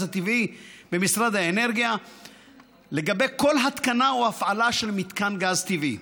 הטבעי במשרד האנרגיה לגבי כל התקנה או הפעלה של מתקן גז טבעי.